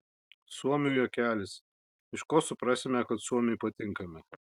suomių juokelis iš ko suprasime kad suomiui patinkame